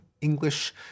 English